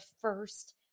first